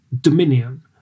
Dominion